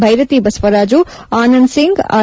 Byrathi Basavaraju Anand Singh R